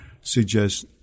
suggest